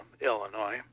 Illinois